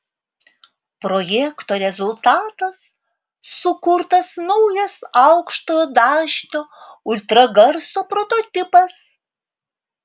projekto rezultatas sukurtas naujas aukštojo dažnio ultragarso prototipas